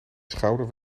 schouder